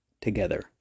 together